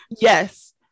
Yes